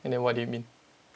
and then what did it mean